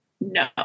no